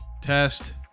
test